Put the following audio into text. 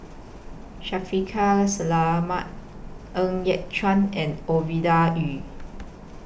Shaffiq Selamat Ng Yat Chuan and Ovidia Yu